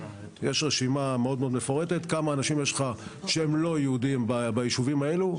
יש רשימה מאוד מאוד מפורטת כמה אנשים יש לך שהם לא יהודים בישובים האלה.